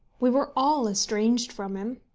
we were all estranged from him,